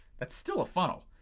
that's still a funnel,